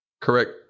Correct